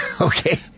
Okay